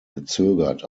gezögert